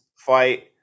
fight